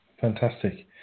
Fantastic